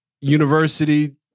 University